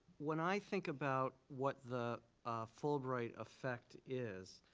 when i think about what the fulbright effect is,